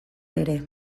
ere